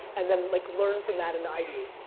and then like learn from that and ideate.